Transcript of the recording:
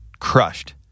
Crushed